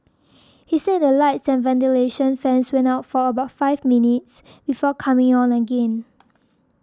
he said the lights and ventilation fans went out for about five minutes before coming on again